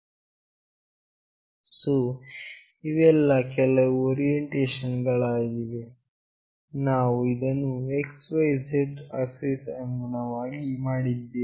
so ಇವೆಲ್ಲಾ ಕೆಲವು orientation ಗಳಾಗಿವೆ ನಾವು ಇದನ್ನು x y z ಆಕ್ಸಿಸ್ ಗೆ ಅನುಗುಣವಾಗಿ ಮಾಡಿದ್ದೇವೆ